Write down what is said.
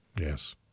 Yes